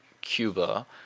Cuba